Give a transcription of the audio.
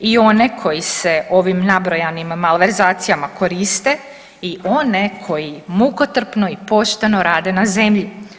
I one koji se ovim nabrojanim malverzacijama koriste i one koji mukotrpno i pošteno rade na zemlji.